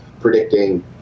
predicting